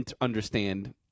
understand